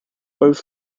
both